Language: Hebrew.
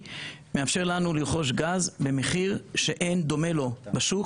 מאפשר לנו לרכוש גז במחיר שאין דומה לו בשוק.